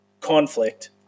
conflict